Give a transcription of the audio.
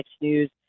News